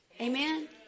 Amen